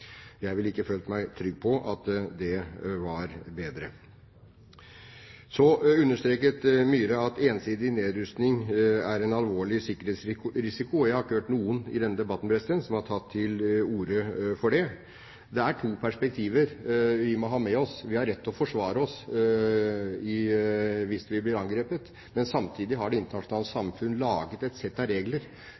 Jeg ville ikke ha følt meg trygg på at det var bedre. Så understreket Myhre at ensidig nedrustning er en alvorlig sikkerhetsrisiko. Jeg har ikke hørt noen i denne debatten som har tatt til orde for det. Det er to perspektiver vi må ha med oss: Vi har rett til å forsvare oss hvis vi blir angrepet, men samtidig har det internasjonale samfunn laget et sett av regler